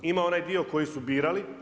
Ima onaj dio koji su birali.